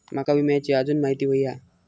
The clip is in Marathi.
माका विम्याची आजून माहिती व्हयी हा?